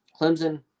Clemson